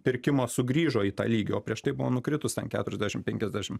pirkimo sugrįžo į tą lygį o prieš tai buvo nukritus ten keturiasdešim penkiasdešim